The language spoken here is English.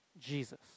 Jesus